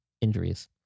injuries